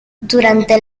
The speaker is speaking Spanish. durante